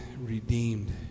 redeemed